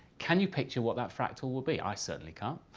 can you picture what that fractal will be? i certainly can't,